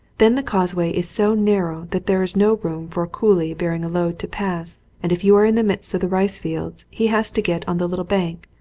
then the causeway is so nar row that there is no room for a coolie bearing a load to pass and if you are in the midst of the rice fields he has to get on the little bank,